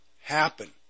happen